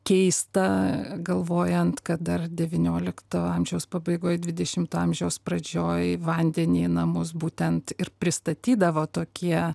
keista galvojant kad dar devyniolikto amžiaus pabaigoj dvidešimto amžiaus pradžioj vandenį į namus būtent ir pristatydavo tokie